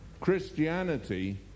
Christianity